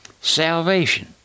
salvation